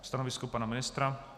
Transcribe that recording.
Stanovisko pana ministra?